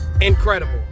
incredible